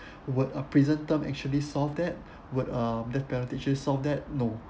would a prison term actually solve that would uh death penalty solve that no